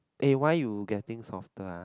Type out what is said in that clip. eh why you getting softer ah